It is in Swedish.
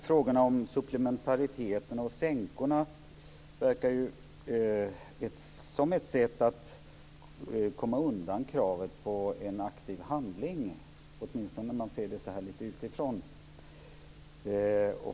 Fru talman! Supplementariteten och sänkorna verkar som ett sätt att komma undan kravet på en aktiv handling - åtminstone när man ser det så här lite utifrån.